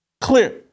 clear